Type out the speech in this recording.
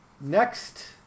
next